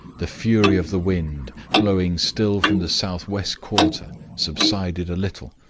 the fury of the wind, blowing still from the southwest quarter, subsided a little,